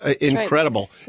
Incredible